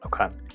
Okay